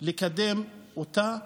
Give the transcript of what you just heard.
לקדם אותה.